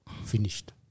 finished